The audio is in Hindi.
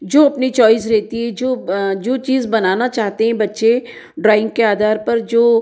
जो अपनी चॉइस रहती है जो जो चीज़ बनाना चाहते हें बच्चे ड्राइंग के आधार पर जो